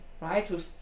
right